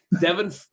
Devin –